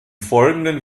folgenden